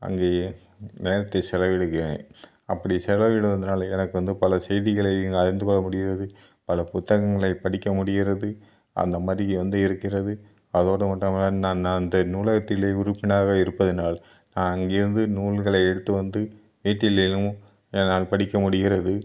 அங்கேயே நேரத்தை செலவிடுகிறேன் அப்படி செலவிடுவதனால் எனக்கு வந்து பல செய்திகளை அறிந்துக்கொள்ள முடிகிறது பல புத்தகங்களை படிக்க முடிகிறது அந்தமாதிரி வந்து இருக்கிறது அதோடு மட்டுமில்லாமல் நான் நான் அந்த நூலகத்திலே உறுப்பினராக இருப்பதினால் நான் அங்கேருந்து நூல்களை எடுத்து வந்து வீட்டில் தினமும் என்னால் படிக்க முடிகிறது